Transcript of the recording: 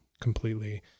completely